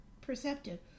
perceptive